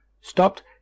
stopped